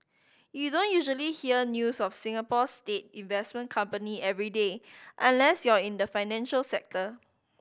you don't usually hear news of Singapore's state investment company every day unless you're in the financial sector